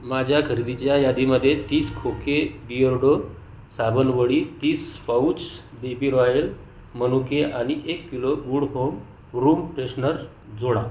माझ्या खरेदीच्या यादीमध्ये तीस खोके बिअर्डो साबण वडी तीस पाउच बीबी रॉयल मनुके आणि एक kilo good home room freshener जोडा